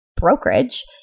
brokerage